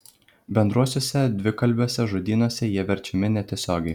bendruosiuose dvikalbiuose žodynuose jie verčiami netiesiogiai